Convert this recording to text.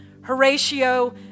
Horatio